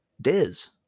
Diz